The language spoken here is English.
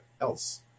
else